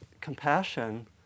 compassion